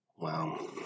Wow